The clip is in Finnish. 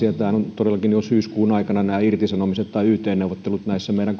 todellakin jo syyskuun aikana ovat nämä yt neuvottelut näissä meidän